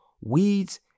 weeds